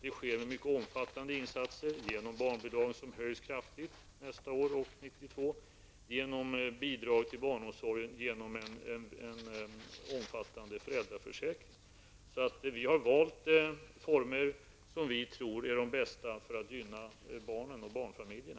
Det sker genom mycket omfattande insatser genom barnbidragen, som kommer att höjas kraftigt nästa år och 1992, genom bidragen till barnomsorgen och genom en omfattande föräldraförsäkring. Vi har alltså valt former som vi tror är de bästa för att gynna barnen och barnfamiljerna.